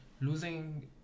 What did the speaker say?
losing